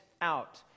out